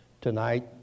tonight